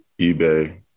eBay